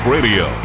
Radio